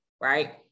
right